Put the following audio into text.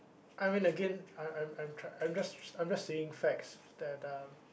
I mean Again I I I'm I'm just saying facts that um